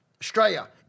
Australia